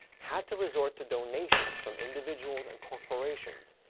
had to resort to donations from individuals and corporations!